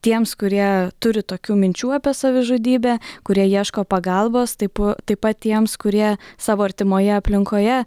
tiems kurie turi tokių minčių apie savižudybę kurie ieško pagalbos taip pa taip pat tiems kurie savo artimoje aplinkoje